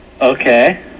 Okay